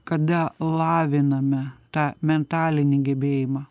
kada laviname tą mentalinį gebėjimą